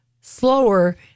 slower